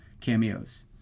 cameos